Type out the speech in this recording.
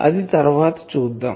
అది తర్వాత చూద్దాం